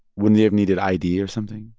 wouldn't they have needed id or something?